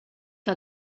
que